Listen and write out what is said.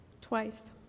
twice